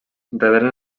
reberen